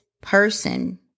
person